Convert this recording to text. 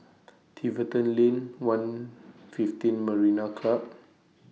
Tiverton Lane one fifteen Marina Club